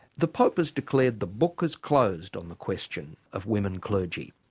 the pope has declared the book is closed on the question of women clergy.